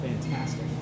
fantastic